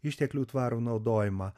išteklių tvarų naudojimą